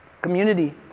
Community